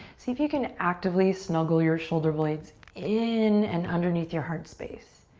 see if you can actively snuggle your shoulder blades in and underneath your heart space.